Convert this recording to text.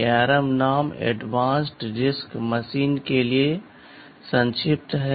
ARM नाम advanced RISC machine के लिए संक्षिप्त है